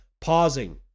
Pausing